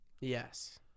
Yes